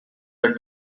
the